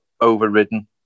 overridden